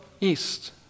east